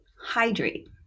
hydrate